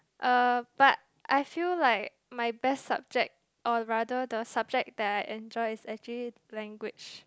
uh but I feel like my best subject or rather the subject that I enjoy is actually language